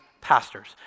pastors